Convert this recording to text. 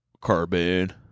Carbon